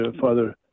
Father